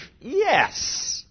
yes